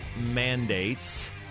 mandates